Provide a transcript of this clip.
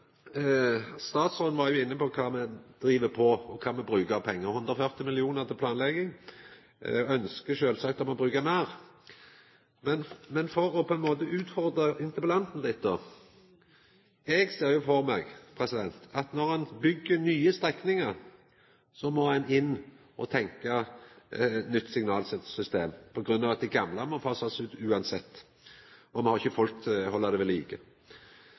Statsråden var inne på kva me brukar pengar på – 140 mill. kr til planlegging, men me ønskjer, sjølvsagt, å bruka meir. Men for å utfordra interpellanten litt: Eg ser for meg at når ein byggjer nye strekningar, må ein inn og tenkja nytt signalsystem på grunn av at det gamle må fasast ut uansett, og me har ikkje folk til å halda det ved like.